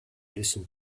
listen